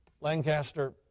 Lancaster